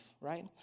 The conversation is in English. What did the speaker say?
right